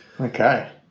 Okay